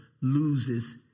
loses